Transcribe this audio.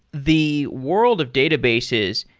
the world of databases,